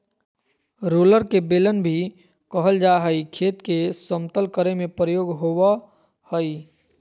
roller के बेलन भी कहल जा हई, खेत के समतल करे में प्रयोग होवअ हई